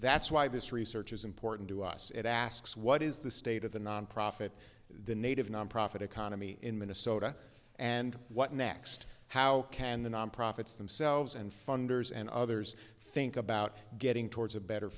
that's why this research is important to us and asks what is the state of the nonprofit the native nonprofit economy in minnesota and what next how can the nonprofits themselves and funders and others think about getting towards a better